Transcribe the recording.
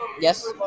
Yes